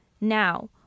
Now